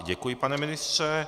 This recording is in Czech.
Děkuji, pane ministře.